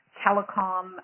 telecom